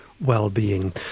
well-being